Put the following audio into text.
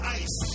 ice